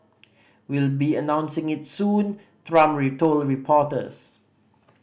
we'll be announcing it soon Trump told reporters